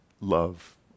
love